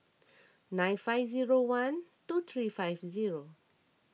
nine five zero one two three five zero